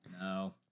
No